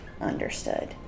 understood